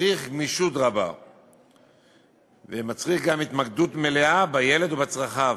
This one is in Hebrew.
מצריך גמישות רבה ומצריך גם התמקדות מלאה בילד ובצרכיו,